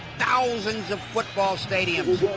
thousands of football stadiums,